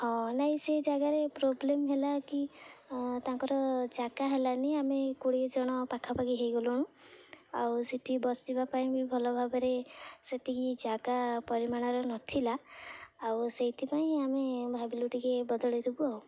ହଁ ନାଇଁ ସେ ଜାଗାରେ ପ୍ରୋବ୍ଲେମ ହେଲା କି ତାଙ୍କର ଜାଗା ହେଲାନି ଆମେ କୋଡ଼ିଏ ଜଣ ପାଖାପାଖି ହେଇଗଲୁଣୁ ଆଉ ସେଠି ବସିବା ପାଇଁ ବି ଭଲ ଭାବରେ ସେତିକି ଜାଗା ପରିମାଣର ନଥିଲା ଆଉ ସେଇଥିପାଇଁ ଆମେ ଭାବିଲୁ ଟିକେ ବଦଳାଇଦବୁ ଆଉ